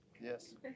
Yes